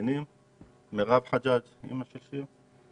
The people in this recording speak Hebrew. נמצאת פה גם מירב חג'אג', אימא של שיר.